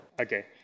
Okay